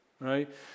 right